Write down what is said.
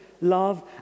love